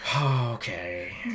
Okay